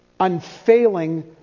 unfailing